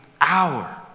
hour